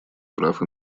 прав